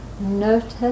notice